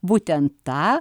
būtent tą